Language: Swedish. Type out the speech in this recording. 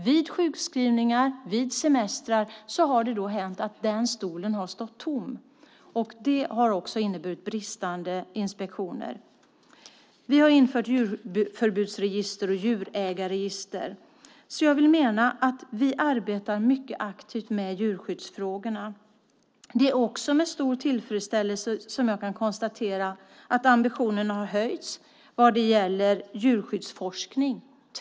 Vid sjukskrivningar och semestrar har det då hänt att deras stol har stått tom. Det har också inneburit bristande inspektioner. Vi har infört djurförbudsregister och djurägarregister. Jag vill mena att vi arbetar mycket aktivt med djurskyddsfrågorna. Det är också med stor tillfredsställelse som jag kan konstatera att ambitionerna har höjts vad gäller djurskyddsforskning.